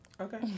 Okay